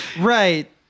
Right